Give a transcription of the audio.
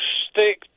stick